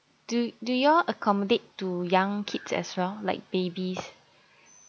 do do you all accommodate to young kids as well like babies